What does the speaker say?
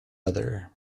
other